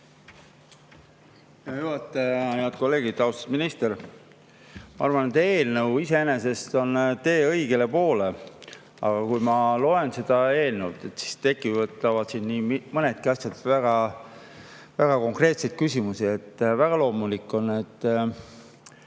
Hea juhataja! Head kolleegid! Austatud minister! Ma arvan, et eelnõu iseenesest on tee õigele poole, aga kui ma loen seda eelnõu, siis tekitavad siin nii mõnedki asjad väga konkreetseid küsimusi. Väga loomulik on see,